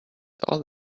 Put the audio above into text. all